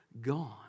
gone